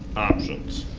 options?